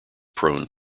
prone